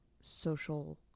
social